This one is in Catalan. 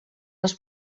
les